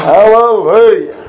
Hallelujah